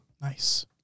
Nice